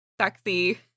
sexy